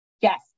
Yes